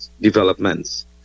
developments